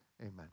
Amen